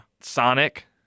Sonic